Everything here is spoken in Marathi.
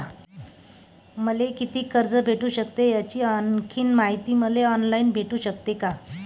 मले कितीक कर्ज भेटू सकते, याची आणखीन मायती मले ऑनलाईन भेटू सकते का?